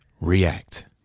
React